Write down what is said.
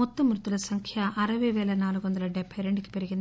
మొత్తం మృతుల సంఖ్య అరపై వేల నాలుగు వందల డెబ్బై రెండు కి పెరిగింది